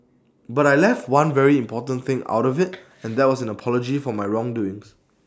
but I left one very important thing out of IT and that was an apology for my wrong doings